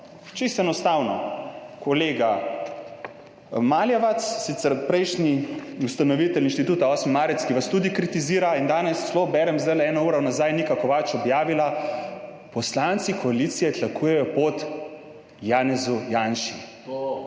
Čisto enostavno, kolega Maljevac, sicer prejšnji ustanovitelj Inštituta 8. marec, ki vas tudi kritizira in danes celo berem, zdaj eno uro nazaj je Nika Kovač objavila: »Poslanci koalicije tlakujejo pot Janezu Janši.«